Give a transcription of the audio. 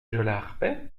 jolarpet